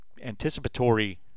anticipatory